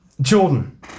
Jordan